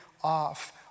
off